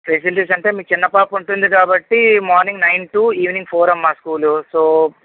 facilities అంటే మీ చిన్న పాప ఉంటుంది కాబట్టి morning nine to evening four అమ్మా స్కూలు సో